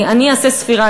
אני אעשה ספירה,